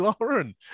Lauren